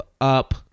Up